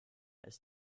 ist